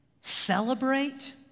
Celebrate